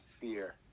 fear